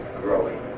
growing